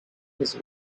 his